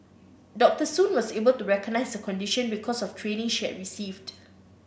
Dr Soon was able to recognize her condition because of training she had received